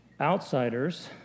Outsiders